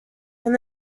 and